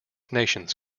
nations